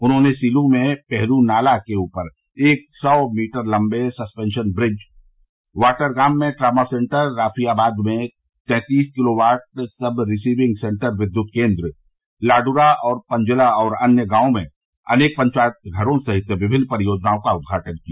उन्होंने सीलू में पोहरूनाला के ऊपर एक सौ मीटर लंबे सस्पेंशन ब्रिज वाटरगाम में ट्रामा सेंटर रफियाबाद में तैंतीस किलोवाट सब रिसिविंग सेंटर विद्य्त केंद्र लाड्रा और पंजला और अन्य गांवों में अनेक पंचायतघरों सहित विभिन्न परियोजनाओं का उद्घाटन किया